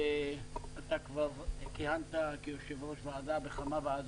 אתה כבר כיהנת כיושב-ראש ועדה בכמה ועדות,